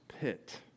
pit